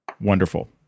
Wonderful